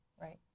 Right